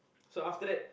so after that